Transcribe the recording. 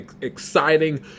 exciting